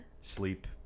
Sleep